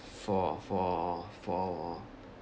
for for for